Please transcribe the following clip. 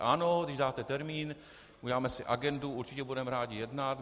Ano, když dáte termín, uděláme si agendu, určitě budeme rádi jednat.